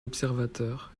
observateur